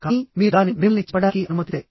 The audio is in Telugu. కానీ మీరు దానిని మిమ్మల్ని చంపడానికి అనుమతిస్తే